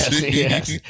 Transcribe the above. Yes